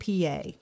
PA